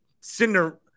cinder